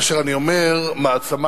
כשאני אומר "מעצמה",